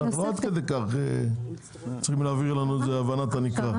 אנחנו לא עד כדי כך צריכים להבהיר לנו את זה בהבנת הנקרא.